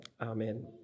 Amen